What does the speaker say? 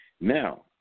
Now